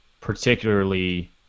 Particularly